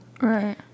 Right